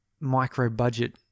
micro-budget